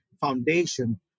foundation